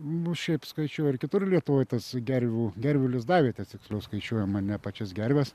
nu šiaip skaičiuoja ir kitur lietuvoj tas gervių gervių lizdavietes tiksliau skaičiuojama ne pačias gerves